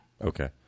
Okay